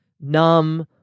numb